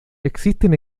existen